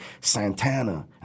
Santana